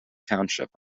township